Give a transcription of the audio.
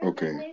Okay